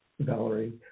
Valerie